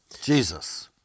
Jesus